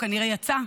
הוא כנראה יצא,